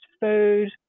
food